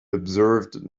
observed